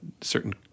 certain